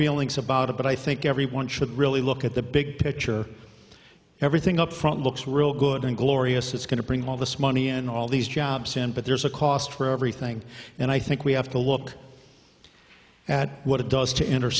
feelings about it but i think everyone should really look at the big picture everything up front looks real good and glorious it's going to bring all this money and all these jobs and but there's a cost for everything and i think we have to look at what it does to inner